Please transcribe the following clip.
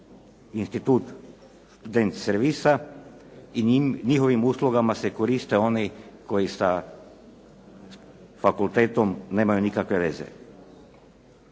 institut student servisa i njihovim uslugama se koriste oni koji sa fakultetom nemaju nikakve veze.